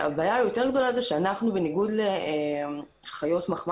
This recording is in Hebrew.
והבעיה היותר גדולה זה שבניגוד לחיות מחמד